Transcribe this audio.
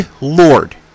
Lord